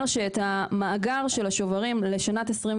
המאגר של השוברים לשנת 2023